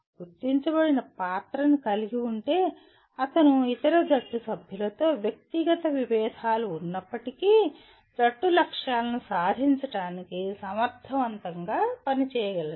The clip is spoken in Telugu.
గుర్తించబడిన పాత్రను కలిగి ఉంటే అతను ఇతర జట్టు సభ్యులతో వ్యక్తిగత విభేదాలు ఉన్నప్పటికీ జట్టు లక్ష్యాలను సాధించడానికి సమర్థవంతంగా పని చేయగలగాలి